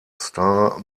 star